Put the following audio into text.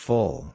Full